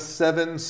seven